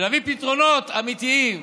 ונביא פתרונות אמיתיים